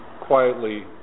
quietly